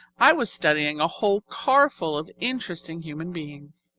i was studying a whole car full of interesting human beings.